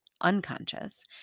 unconscious